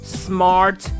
smart